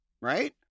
Right